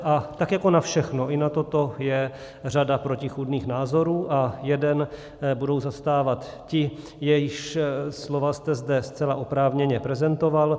A tak jako na všechno, i na toto je řada protichůdných názorů a jeden budou zastávat ti, jejichž slova jste zde zcela oprávněně prezentoval.